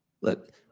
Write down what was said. Look